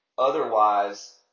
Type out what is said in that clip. Otherwise